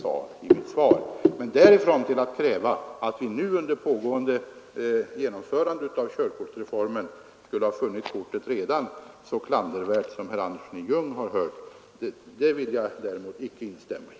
Att vi redan under genomförandet av körkortsreformen skulle ha funnit kortet så klandervärt som herr Andersson i Ljung har hört vill jag däremot inte instämma i.